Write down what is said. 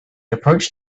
approached